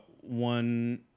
One